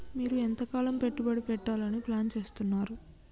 మీరు ఎంతకాలం పెట్టుబడి పెట్టాలని ప్లాన్ చేస్తున్నారు?